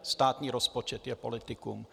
Státní rozpočet je politikum.